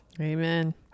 Amen